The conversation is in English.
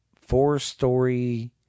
four-story